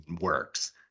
works